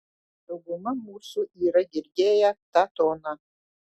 dauguma mūsų yra girdėję tą toną